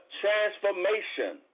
transformation